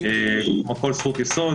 כמו כל זכות יסוד